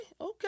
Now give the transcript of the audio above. Okay